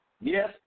Yes